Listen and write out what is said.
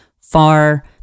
far